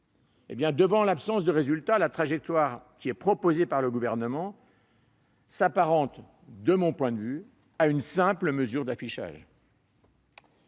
su tenir. Devant l'absence de résultats, la trajectoire proposée par le Gouvernement s'apparente, de mon point de vue, à une simple mesure d'affichage.